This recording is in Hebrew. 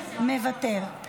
מוותר.